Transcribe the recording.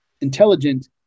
intelligent